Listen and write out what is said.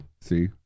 See